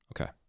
Okay